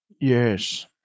Yes